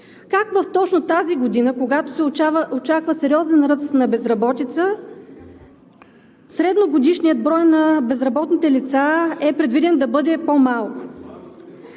Как точно в тази година, когато се очаква сериозен ръст на безработица, средногодишният брой на безработните лица е предвиден да бъде по-малко?